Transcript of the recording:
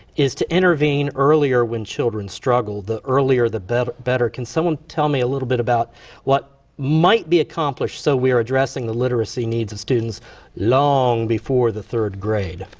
is to intervene earlier when children struggle, the earlier the better. can someone tell me a little bit about what might be accomplished so we are addressing the literacy needs of students long before the third grade?